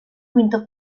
quinto